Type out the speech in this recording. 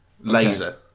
Laser